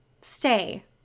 Stay